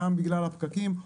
גם בגלל הפקקים,